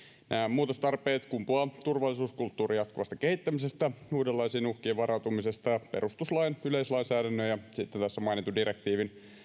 muutostarpeet kumpuavat turvallisuuskulttuurin jatkuvasta kehittämisestä uudenlaisiin uhkiin varautumisesta ja perustuslain yleislainsäädännön ja tässä mainitun direktiivin